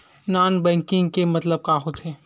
Non banking के मतलब का होथे?